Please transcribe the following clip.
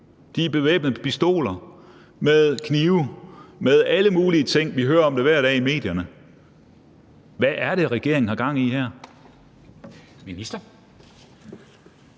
De er bevæbnet med pistoler, med knive, med alle mulige ting; vi hører om det hver dag i medierne. Hvad er det, regeringen har gang i her?